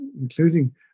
including